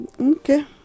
Okay